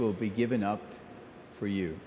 will be given up for you